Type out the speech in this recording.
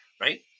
right